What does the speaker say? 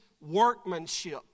workmanship